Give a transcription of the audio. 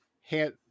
hand